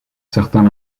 certains